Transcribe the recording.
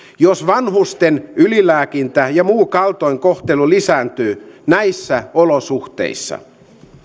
jos vanhusten ylilääkintä ja muu kaltoinkohtelu lisääntyvät näissä olosuhteissa